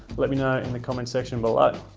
let me know in the comments section below.